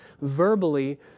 verbally